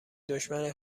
دشمن